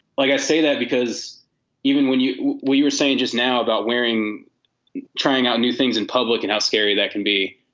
like i say that because even when we were saying just now about wearing trying out new things in public and how scary that can be,